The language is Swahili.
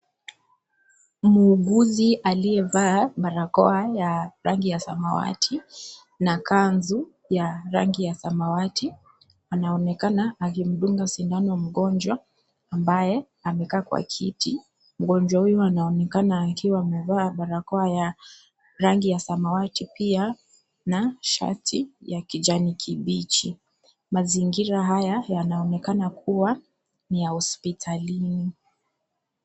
Muuguzi aliyevaa barakoa ya rangi ya samawati na kanzu ya rangi ya samawati, anaonekana akimdunga sindano mgonjwa ambaye amekaa kwa kiti, mgonjwa huyu anaonekana akiwa amevaa barakoa ya rangi ya samawati pia na shati ya kijani kibichi, mazingira haya yanaonekana kua ni ya hospitalini.